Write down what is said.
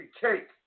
cake